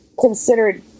considered